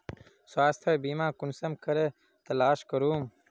स्वास्थ्य बीमा कुंसम करे तलाश करूम?